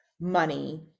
money